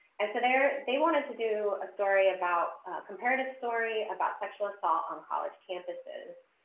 and so there they wanted to do a story about comparative story about sexual assault on college campuses.